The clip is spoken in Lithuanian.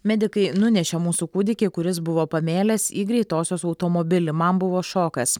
medikai nunešė mūsų kūdikį kuris buvo pamėlęs į greitosios automobilį man buvo šokas